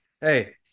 Hey